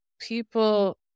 people